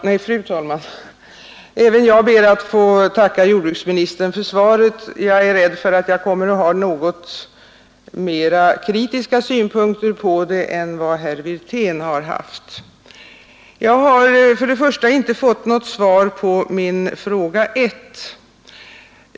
Fru talman! Även jag ber att få tacka jordbruksministern för svaret. Jag är rädd för att jag kommer att ha något mer kritiska synpunkter på det än vad herr Wirtén hade. Först och främst har jag inte fått något svar på min fråga nr 1.